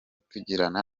tugirana